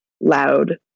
loud